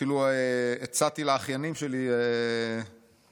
אפילו הצעתי לאחיינים שלי צ'ופר,